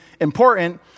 important